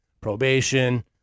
probation